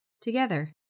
Together